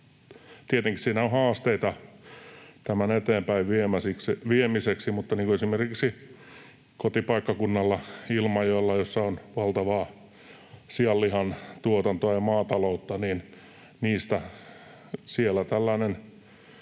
Tietenkin siinä on haasteita tämän eteenpäinviemiseksi. Mutta esimerkiksi kotipaikkakunnallani Ilmajoella, jossa on valtavaa sianlihan tuotantoa ja maataloutta, tällainen